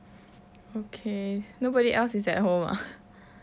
okay nobody else is at home ah